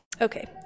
Okay